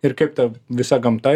ir kaip ta visa gamta